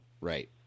right